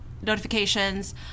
notifications